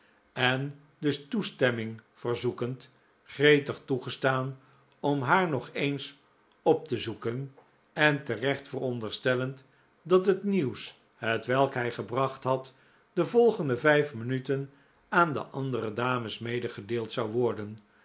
en dus toestemming verzoekend gretig toegestaan om haar nog eens op te zoeken en terecht veronderstellend dat het nieuws hetwelk hij gebracht had de volgende vijf minuten aan de andere dames medegedeeld zou worden